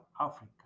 Africa